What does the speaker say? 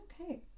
okay